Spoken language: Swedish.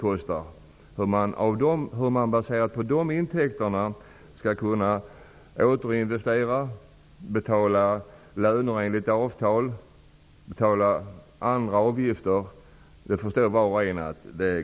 Var och en förstår att man inte kan återinvestera, betala löner enligt avtal och betala andra avgifter baserat på dessa intäkter.